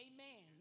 Amen